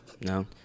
No